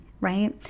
right